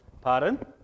Pardon